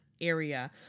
area